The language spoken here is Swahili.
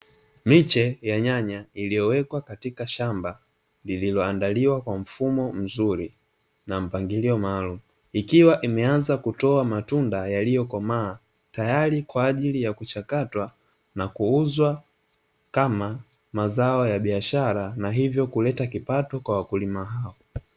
Miche ya nyanya iliyowekwa katika shamba lililoandaliwa kwa mfumo mzuri na mpangilio maalumu, ikiwa imeanza kutoa matunda yaliyokomaa tayari kwa ajili ya kuchakatwa na kuuzwa, kama mazao ya biashara na hivyo kuleta kipato kwa wakulima hao.